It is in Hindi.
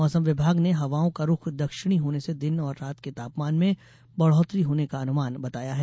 मौसम विभाग ने हवाओं रूख दक्षिणी होने से दिन और रात के तापमान में बढ़ोत्तरी होने का अनुमान बताया है